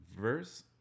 verse